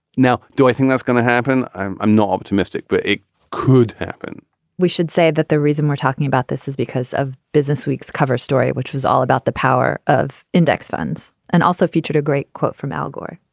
now, do i think that's going to happen? i'm i'm not optimistic, but it could happen we should say that the reason we're talking about this is because of businessweek's cover story, which was all about the power of index funds and also featured a great quote from al gore.